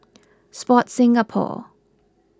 Sport Singapore